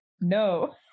no